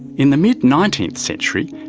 in the mid nineteenth century,